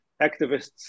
activists